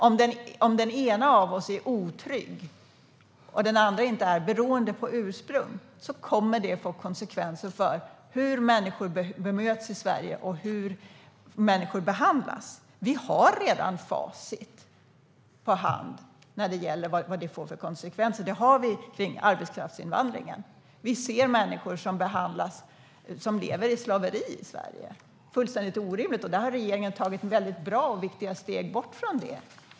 Om den ena av oss är otrygg och den andra inte är det, beroende på ursprung, kommer det att få konsekvenser för hur människor bemöts i Sverige och hur människor behandlas. Vi har redan facit i hand när det gäller vilka konsekvenser det får. Vi har sett det i samband med arbetskraftsinvandringen. Vi ser människor som lever i slaveri i Sverige. Det är fullständigt orimligt, och regeringen har tagit bra och viktiga steg bort från det.